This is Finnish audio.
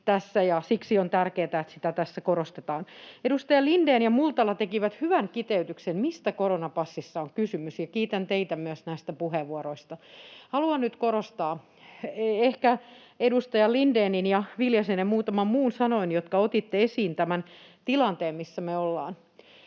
siksi on tärkeätä, että sitä tässä korostetaan. Edustajat Lindén ja Multala tekivät hyvän kiteytyksen, mistä koronapassissa on kysymys, ja kiitän teitä näistä puheenvuoroista. Haluan nyt korostaa ehkä edustaja Lindénin ja Viljasen ja muutaman muun sanoin, jotka otitte esiin tämän tilanteen, missä me ollaan: